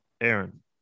Aaron